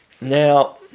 Now